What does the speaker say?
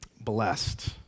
blessed